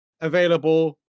available